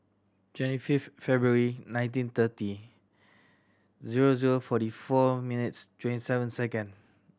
twenty fifth February nineteen thirty zero zero forty four minutes twenty seven second